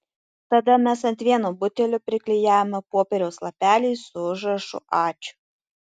tada mes ant vieno butelio priklijavome popieriaus lapelį su užrašu ačiū